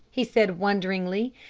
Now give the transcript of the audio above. he said wonderingly,